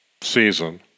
season